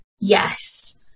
Yes